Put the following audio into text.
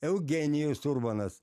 eugenijus urbonas